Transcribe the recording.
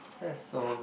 that's so